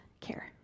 care